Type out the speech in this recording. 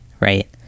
Right